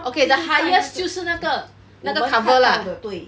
okay the highest 就是那个那个 cover lah